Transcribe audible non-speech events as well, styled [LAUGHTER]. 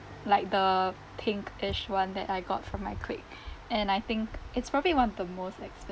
like the pinkish one that I got from my collegue [BREATH] and I think it's probably one of the most expensive